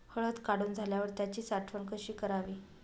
हळद काढून झाल्यावर त्याची साठवण कशी करावी?